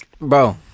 bro